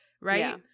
right